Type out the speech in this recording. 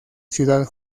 ciudad